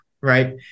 right